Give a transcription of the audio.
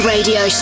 Radio